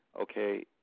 okay